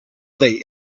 they